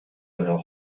ihre